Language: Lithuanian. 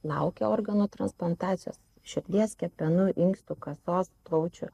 laukia organų transplantacijos širdies kepenų inkstų kasos plaučių